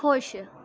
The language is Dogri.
खुश